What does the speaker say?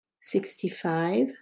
Sixty-five